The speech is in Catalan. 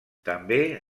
també